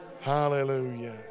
Hallelujah